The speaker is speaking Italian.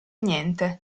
niente